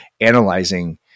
analyzing